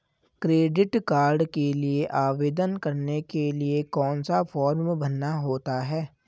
Credit card के लिए आवेदन करने के लिए कौन सा फॉर्म भरना होता है?